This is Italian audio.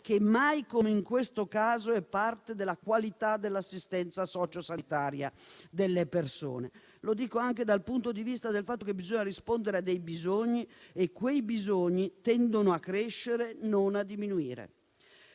che, mai come in questo caso, è parte della qualità dell'assistenza sociosanitaria alle persone. Lo dico anche considerando il fatto che bisogna rispondere a bisogni precisi, che tendono a crescere, non a diminuire.